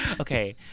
Okay